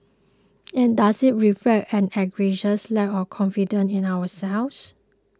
and does it reflect an egregious lack of confidence in ourselves